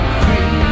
free